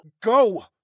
Go